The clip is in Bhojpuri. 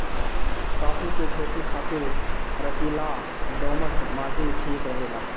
काफी के खेती खातिर रेतीला दोमट माटी ठीक रहेला